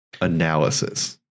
analysis